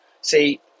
See